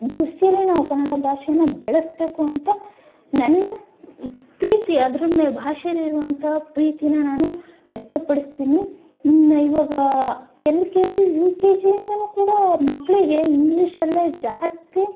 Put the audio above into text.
ದೃಷ್ಟೀಲ್ಲೆ ನಾವು ಕನ್ನಡ ಭಾಷೆನ ಬೆಳೆಸಬೇಕು ಅಂತ ನನ್ನ ಪ್ರೀತಿ ಅದ್ರ ಮೇಲೆ ಭಾಷೆಲ್ಲಿರುವಂಥ ಪ್ರೀತಿನ ನಾನು ವ್ಯಕ್ತಪಡಿಸ್ತೀನಿ ಇವಾಗ L K G U K ಜಿಯಿಂದಲೂ ಕೂಡ ಮಕ್ಕಳಿಗೆ ಇಂಗ್ಲೀಷಲ್ಲೇ ಜಾಸ್ತಿ